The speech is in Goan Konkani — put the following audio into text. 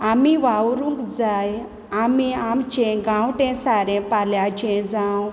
आमी वावरूंक जाय आमी आमचें गांवटी सारें पाल्याचें जावं